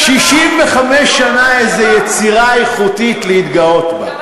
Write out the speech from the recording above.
65 שנה, איזה יצירה איכותית להתגאות בה.